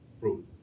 route